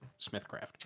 Smithcraft